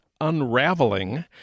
unraveling